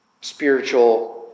spiritual